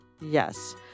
Yes